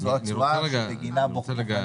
ריבית